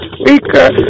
Speaker